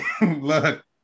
Look